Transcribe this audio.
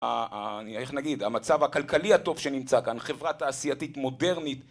איך נגיד, המצב הכלכלי הטוב שנמצא כאן, חברה תעשייתית מודרנית